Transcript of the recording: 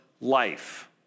life